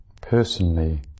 personally